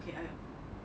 okay I